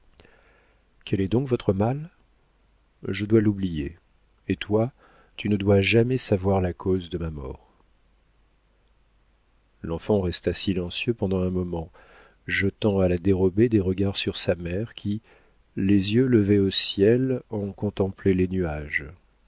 quel est donc votre mal je dois l'oublier et toi tu ne dois jamais savoir la cause de ma mort l'enfant resta silencieux pendant un moment jetant à la dérobée des regards sur sa mère qui les yeux levés au ciel en contemplait les nuages